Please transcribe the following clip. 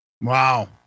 Wow